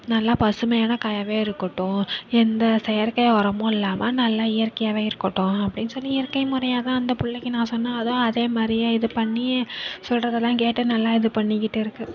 நல்லா பசுமையான காயாகவே இருக்கட்டும் எந்த செயற்கை உரமு இல்லாம நல்லா இயற்கையாகவே இருக்கட்டும் அப்படினு சொல்லி இயற்கை முறையாக தான் அந்த பிள்ளைக்கி நான் சொன்ன அதுவும் அதே மாதிரியே இது பண்ணி சொல்றதெல்லாம் கேட்டு நல்லா இது பண்ணிக்கிட்டு இருக்கு